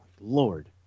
lord